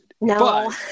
No